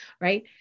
right